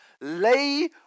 Lay